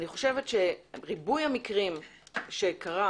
אני חושבת שריבוי המקרים שקרה